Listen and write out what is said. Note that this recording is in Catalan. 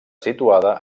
situada